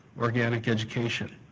organic education,